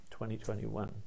2021